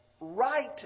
right